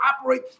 operate